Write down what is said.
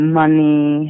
money